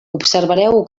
observareu